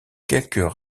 quelques